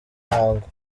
umuhango